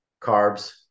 carbs